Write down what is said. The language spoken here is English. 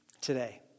today